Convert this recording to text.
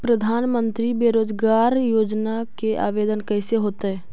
प्रधानमंत्री बेरोजगार योजना के आवेदन कैसे होतै?